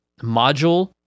module